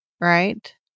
right